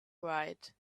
pride